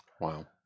Wow